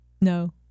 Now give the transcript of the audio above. No